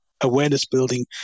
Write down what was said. awareness-building